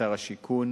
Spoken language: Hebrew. שר השיכון